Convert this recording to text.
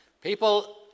People